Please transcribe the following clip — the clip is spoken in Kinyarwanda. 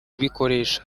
bikoresha